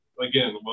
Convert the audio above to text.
again